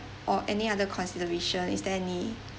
or any other consideration is there any